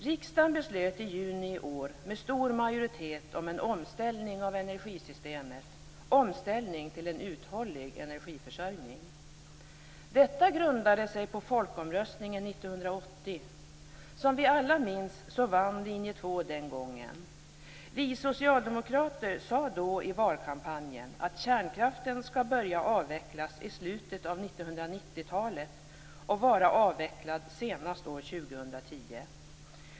Riksdagen beslutade i juni i år med stor majoritet om en omställning av energisystemet till en uthållig energiförsörjning. Detta grundade sig på folkomröstningen 1980. Som vi alla minns vann linje 2 den gången. Vi socialdemokrater sade då i valkampanjen att kärnkraften skall börja avvecklas i slutet av 1990 talet och vara avvecklad senast år 2010.